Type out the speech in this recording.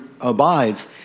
abides